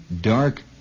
dark